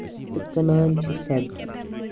تہٕ کٕنان چھِ سَبزی